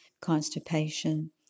constipation